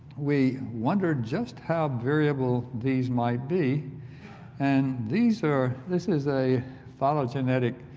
we wondered just how variable these might be and these are this is a philo-genetic